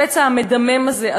הפצע המדמם הזה,